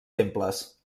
temples